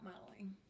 modeling